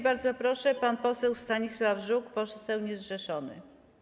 Bardzo proszę, pan poseł Stanisław Żuk, poseł niezrzeszony.